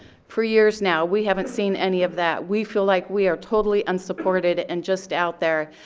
for years now, we haven't seen any of that. we feel like we are totally unsupported and just out there,